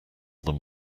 than